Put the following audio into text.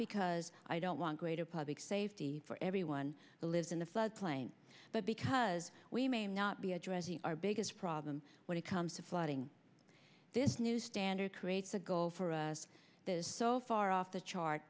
because i don't want greater public safety for everyone who lives in the floodplain but because we may not be addressing our biggest problem when it comes to flooding this new standard creates a goal for us this so far off the chart